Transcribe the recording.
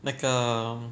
那个